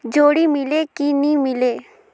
जोणी मीले कि नी मिले?